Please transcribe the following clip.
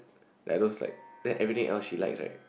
there are those like then everything else she likes right